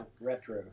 retro